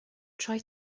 try